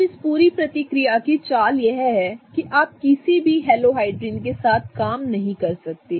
अब इस पूरी प्रतिक्रिया की चाल यह है कि आप किसी भी हेलोहाइड्रिन के साथ काम नहीं कर सकते